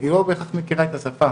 היא לא בהכרח מכירה את השפה